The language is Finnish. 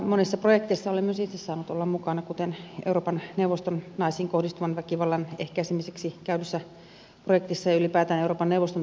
monessa projektissa olen myös itse saanut olla mukana kuten euroopan neuvoston naisiin kohdistuvan väkivallan ehkäisemiseksi käydyssä projektissa ja ylipäätään euroopan neuvoston toiminnassa